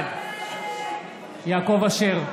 בעד יעקב אשר,